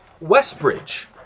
Westbridge